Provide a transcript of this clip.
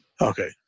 Okay